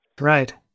Right